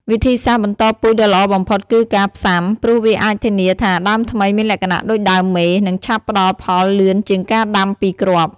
វិធីសាស្ត្របន្តពូជដ៏ល្អបំផុតគឺការផ្សាំ ព្រោះវាអាចធានាថាដើមថ្មីមានលក្ខណៈដូចដើមមេ និងឆាប់ផ្ដល់ផលលឿនជាងការដាំពីគ្រាប់។